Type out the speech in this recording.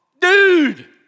dude